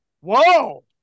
Whoa